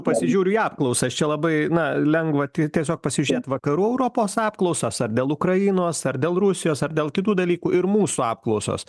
pasižiūriu į apklausą čia labai na lengva tie tiesiog pasižiūrėt vakarų europos apklausas ar dėl ukrainos ar dėl rusijos ar dėl kitų dalykų ir mūsų apklausos